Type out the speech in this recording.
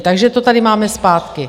Takže to tady máme zpátky.